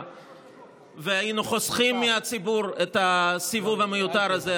והיינו חוסכים מהציבור את הסיבוב המיותר הזה,